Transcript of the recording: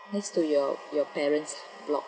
next to your your parent's block